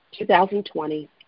2020